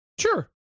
Sure